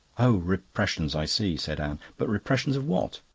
oh, repressions i see, said anne. but repressions of what?